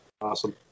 awesome